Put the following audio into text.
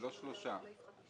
לא שלושה.